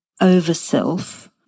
over-self